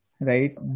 right